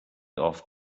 off